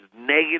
negative